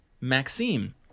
Maxime